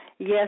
Yes